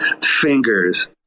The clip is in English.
fingers